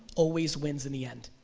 always wins in the end,